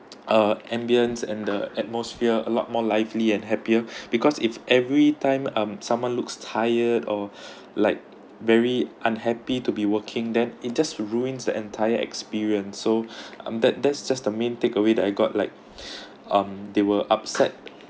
uh ambience and the atmosphere a lot more lively and happier because if every time um someone looks tired or like very unhappy to be working then it just ruins the entire experience so um that that's just the main takeaway I got like um they were upset